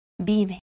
vive